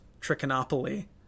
Trichinopoly